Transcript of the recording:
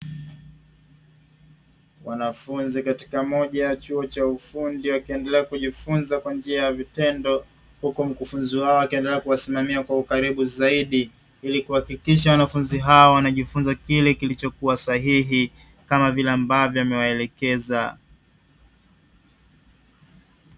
Wanafunzi katika moja ya chuo cha ufundi wakiendelea kujifunza kwa njia ya vitendo, huku mkufunzi wao akiendelea kuwasimamia kwa ukaribu zaidi ili kuhakikisha wanafunzi hao wanajifunza kile kilichokuwa sahihi kama vile ambavyo amewaelekeza.